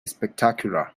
spectacular